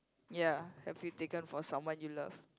ya have you taken for someone you love